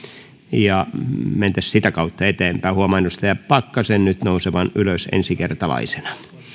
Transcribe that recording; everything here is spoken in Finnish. ja mentäisiin sitä kautta eteenpäin huomaan edustaja pakkasen nyt nousevan ylös ensikertalaisena